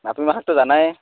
আপিমাখাকটো জানাই